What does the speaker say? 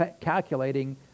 calculating